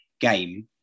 game